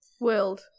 World